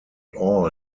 all